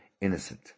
innocent